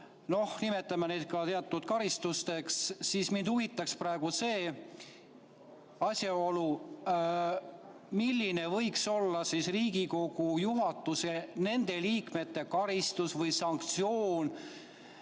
nimetame neid teatud karistusteks, siis mind huvitaks, milline võiks olla Riigikogu juhatuse nende liikmete karistus või sanktsioon,